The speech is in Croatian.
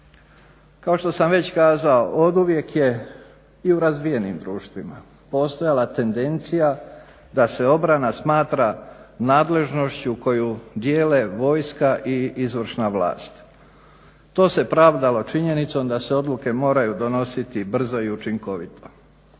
Kao što sam već kazao, oduvijek je i u razvijenim društvima postojala tendencija da se obrana smatra nadležnošću koju dijele vojska i izvršna vlast. To se pravdalo činjenicom da se odluke moraju donositi brzo i učinkovito.